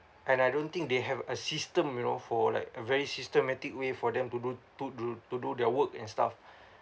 and I don't think they have a system you know for like a very systematic way for them to do to do to do their work and stuff